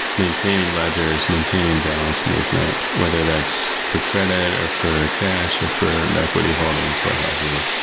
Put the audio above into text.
maintaining ledgers, maintaining balance movement, whether that's for credit, or for cash, or for equity holding, what have you.